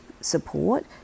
support